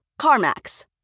CarMax